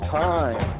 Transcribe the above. time